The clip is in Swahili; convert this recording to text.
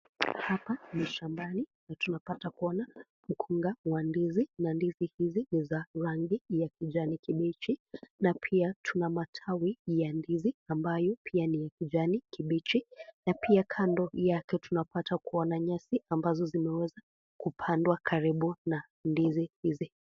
Hapa ni shambani na tunapata kuona kunga wa ndizi hizi ni za rangi ya kijani kibichi na pia tuna matawi ya ndizi ambayo pia ni ya kijani kibichi na pia kando yake tunapata kuona nyasi ambazo zimeweza kupandwa karibu na ndizi hizi.